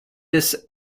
des